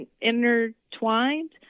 intertwined